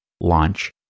launch